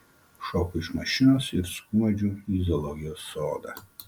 šoku iš mašinos ir skuodžiu į zoologijos sodą